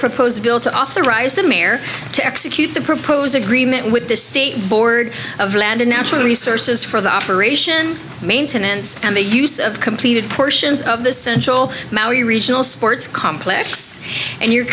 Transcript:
proposed bill to authorize the mayor to execute the propose agreement with the state board of land and natural resources for the operation maintenance and the use of completed portions of the central regional sports complex and your